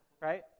right